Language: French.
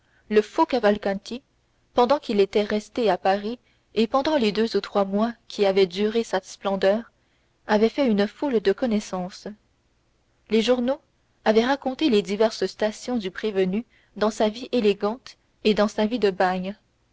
le faux cavalcanti pendant qu'il était resté à paris et pendant les deux ou trois mois qu'avait duré sa splendeur avait fait une foule de connaissances les journaux avaient raconté les diverses stations du prévenu dans sa vie élégante et dans sa vie de bagne